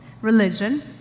religion